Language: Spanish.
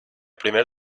primer